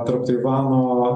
tarp taivano